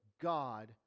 God